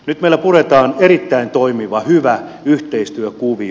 nyt meillä puretaan erittäin toimiva hyvä yhteistyökuvio